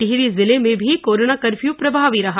टिहरी जिले में भी कोरोना कर्फ्यू प्रभावी रहा